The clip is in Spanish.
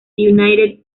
united